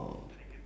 mmhmm